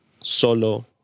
solo